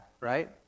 right